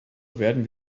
werden